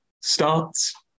starts